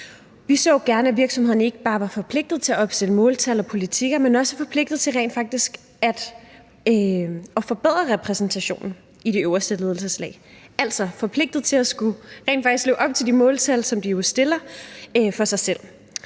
Vi så gerne, at virksomhederne ikke bare var forpligtet til at opstille måltal og politikker, men også var forpligtet til rent faktisk at forbedre repræsentationen i de øverste ledelseslag – altså forpligtet til rent faktisk at skulle leve op til de måltal, som de jo stiller for sig selv.